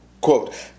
Quote